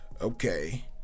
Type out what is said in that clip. okay